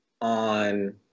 on